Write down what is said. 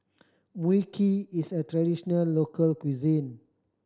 Mui Kee is a traditional local cuisine